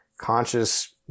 conscious